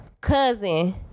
Cousin